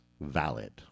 valid